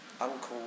uncle